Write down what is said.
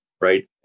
right